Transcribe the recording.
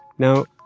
now,